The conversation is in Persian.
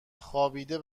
خوابیده